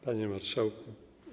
Panie Marszałku!